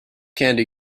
candy